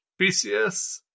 BCS